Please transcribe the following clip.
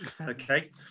Okay